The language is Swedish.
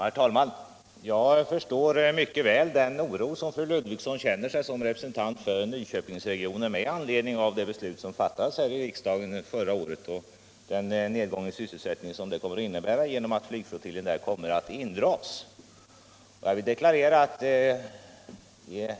Herr talman! Jag förstår mycket väl den oro som fru Ludvigsson såsom representant för Nyköpingsregionen känner för den nedgång i sysselsättningen som kommer att bli följden av riksdagens beslut förra året om att flygflottiljen skall dras in.